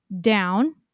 down